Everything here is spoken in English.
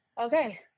Okay